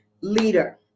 leader